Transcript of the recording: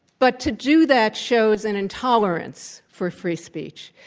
but to do that shows an intolerance for free speech.